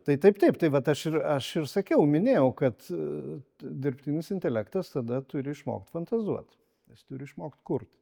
tai taip taip tai vat aš ir aš ir sakiau minėjau kad dirbtinis intelektas tada turi išmokt fantazuot jis turi išmokt kurt